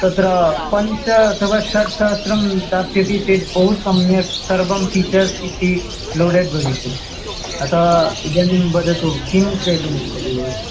तत्र पञ्च अथवा षट्सहस्त्रं दास्यति चेत् बहुसम्यक् सर्वं फ़ीचर्स् इति लोडेड् भविष्यति अतः इदानीं वदतु किं क्रेतुमिच्छति भवति